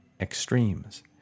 extremes